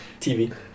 TV